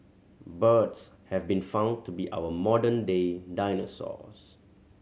birds have been found to be our modern day dinosaurs